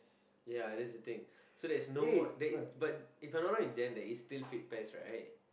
ya that's a thing so there is no more there is but If I'm not wrong in Jan there is sitll right